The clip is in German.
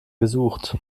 gesucht